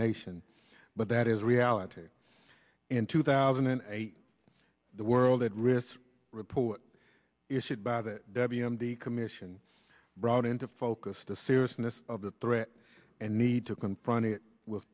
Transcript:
nation but that is reality in two thousand and eight the world at risk report issued by the w m d commission brought into focus the seriousness of the threat and need to confront it with